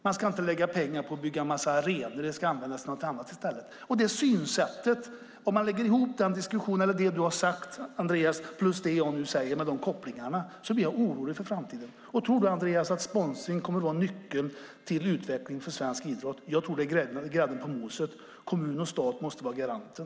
Det ska inte läggas pengar på att bygga en massa arenor. De ska användas till något annat. Om man lägger ihop den diskussionen, vad Andreas har sagt och vad jag säger, med dessa kopplingar, blir jag orolig för framtiden. Tror du, Andreas, att sponsring kommer att vara nyckeln till utveckling för svensk idrott? Jag tror att det är grädden på moset. Kommun och stat måste vara garanten.